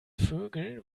vögel